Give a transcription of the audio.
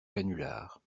canulars